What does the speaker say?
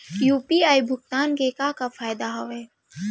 UPI भुगतान के का का फायदा हावे?